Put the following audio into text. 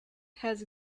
has